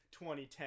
2010